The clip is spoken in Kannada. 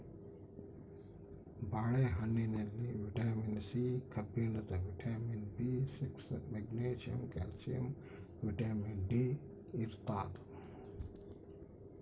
ಬಾಳೆ ಹಣ್ಣಿನಲ್ಲಿ ವಿಟಮಿನ್ ಸಿ ಕಬ್ಬಿಣ vitamin B six magnesium calcium vitamin D ಇರ್ತಾದ